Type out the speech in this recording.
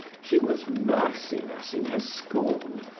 she was merciless in her scorn,